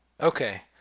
Okay